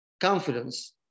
confidence